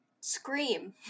scream